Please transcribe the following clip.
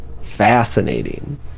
fascinating